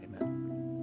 amen